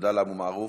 עבדאללה אבו מערוף,